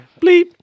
bleep